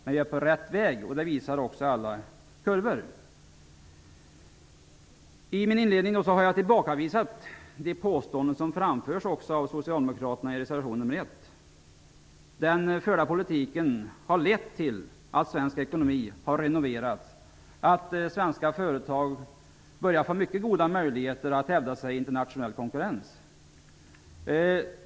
Men vi är på rätt väg, och det visar alla siffror. I inledningen av mitt anförande tillbakavisade jag de påståenden som framförs av socialdemokraterna i reservation nr 1. Den förda politiken har lett till att svensk ekonomi har renoverats och att svenska företag börjar få mycket goda möjligheter att hävda sig i internationell konkurrens.